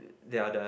they are the